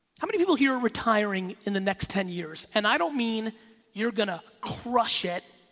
how many people here are retiring in the next ten years and i don't mean you're gonna crush it